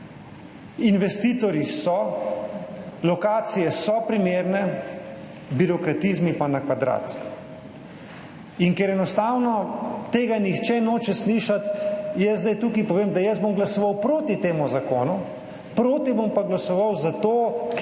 Investitorji so, lokacije so primerne, birokratizmi pa na kvadrat. In ker enostavno tega nihče noče slišati, jaz zdaj tukaj povem, da bom glasoval proti temu zakonu. Proti bom pa glasoval zato, ker